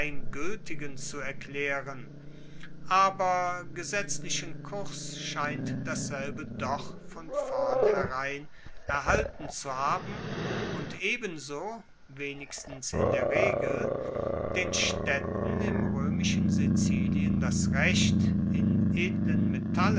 gueltigen zu erklaeren aber gesetzlichen kurs scheint dasselbe doch von vornherein erhalten zu haben und ebenso wenigstens in der regel den staedten im roemischen sizilien das recht in edlen metallen